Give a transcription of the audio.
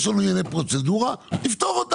את ענייני הפרוצדורה אנחנו נפתור.